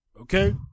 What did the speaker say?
Okay